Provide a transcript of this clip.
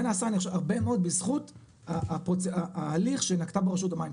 זה נעשה ברבה מאוד בזכות ההליך שנקטה בו רשות המים,